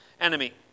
enemy